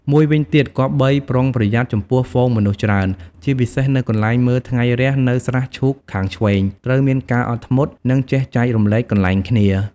មួយវិញទៀតគប្បីប្រុងប្រយ័ត្នចំពោះហ្វូងមនុស្សច្រើន ជាពិសេសនៅកន្លែងមើលថ្ងៃរះនៅស្រះឈូកខាងឆ្វេង។ ត្រូវមានការអត់ធ្មត់ និងចេះចែករំលែកកន្លែងគ្នា។